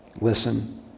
listen